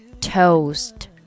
Toast